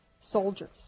soldiers